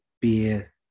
beer